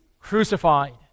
crucified